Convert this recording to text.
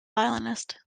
violinist